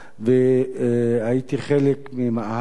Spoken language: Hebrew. הייתי חלק ממאהל המחאה